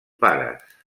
pares